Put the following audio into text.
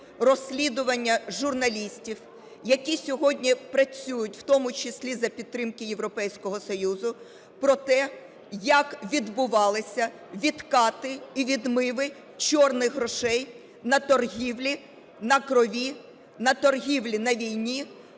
розслідування журналістів, які сьогодні працюють в тому числі за підтримки Європейського Союзу, про те, як відбувалисявідкати і відмиви "чорних" грошей на торгівлі, на крові, на торгівлі на війні,